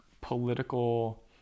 political